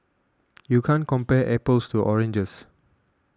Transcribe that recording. you can't compare apples to oranges